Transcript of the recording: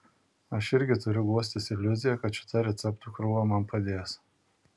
aš irgi turiu guostis iliuzija kad šita receptų krūva man padės